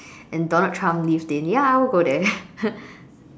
and Donald Trump lived in ya I would go there